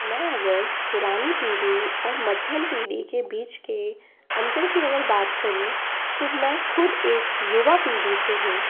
मैं अगर पुरानी पीढ़ी और मध्यम पीढ़ी के बीच के अन्तर की अगर बात करूँ तो मैं खुद एक युवा पीढ़ी से हूँ